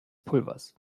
pulvers